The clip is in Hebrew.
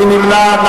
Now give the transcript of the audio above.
מי נמנע?